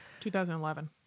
2011